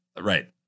Right